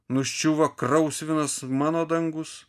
nuščiuvo krausvinas mano dangus